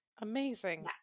Amazing